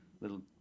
little